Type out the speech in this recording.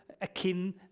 akin